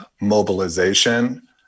mobilization